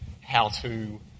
how-to